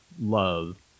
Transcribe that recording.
love